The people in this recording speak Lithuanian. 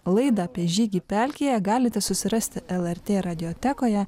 laidą apie žygį pelkėje galite susirasti el er tė radijotekoje